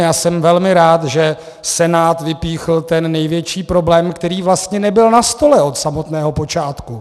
Já jsem velmi rád, že Senát vypíchl ten největší problém, který vlastně nebyl na stole od samotného počátku.